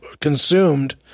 consumed